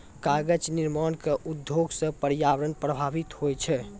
कागज निर्माण क उद्योग सँ पर्यावरण प्रभावित होय छै